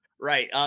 Right